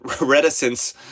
reticence